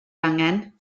angen